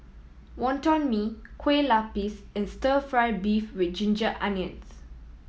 Wonton Mee Kueh Lapis and Stir Fry beef with ginger onions